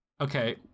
Okay